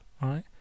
right